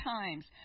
times